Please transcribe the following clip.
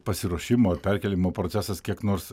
pasiruošimo perkėlimo procesas kiek nors